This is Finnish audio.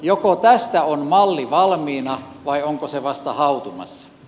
joko tästä on malli valmiina vai onko se vasta hautumassa